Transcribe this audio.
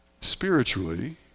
spiritually